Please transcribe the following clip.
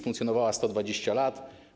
Funkcjonowała 120 lat.